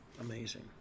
amazing